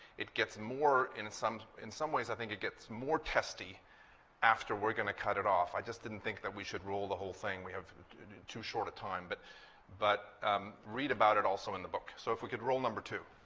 it gets more in some in some ways, i think it gets more testy after we're going to cut it off. i just didn't think that we should roll the whole thing. we have too short a time. but but um read about it also in the book. so if we could roll number two.